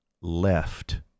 left